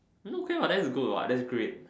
no can what that's good what that's great